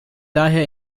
daher